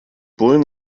bullen